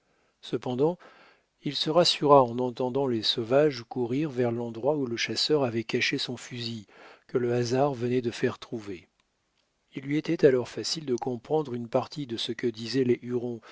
cependant il se rassura en entendant les sauvages courir vers l'endroit où le chasseur avait caché son fusil que le hasard venait de faire trouver il lui était alors facile de comprendre une partie de ce que disaient les